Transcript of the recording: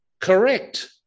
Correct